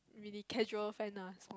really casual fan uh so